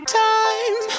time